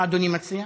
מה אדוני מציע?